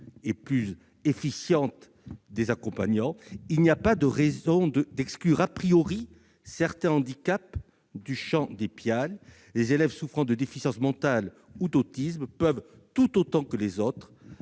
et plus efficiente des accompagnants. Il n'y a pas de raison d'exclure certains handicaps du champ des PIAL. Les élèves souffrant de déficience mentale ou d'autisme peuvent, tout autant que les autres